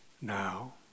now